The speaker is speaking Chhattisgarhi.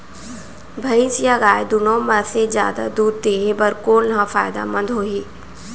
भैंस या गाय दुनो म से जादा दूध देहे बर कोन ह फायदामंद होही?